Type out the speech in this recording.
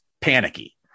panicky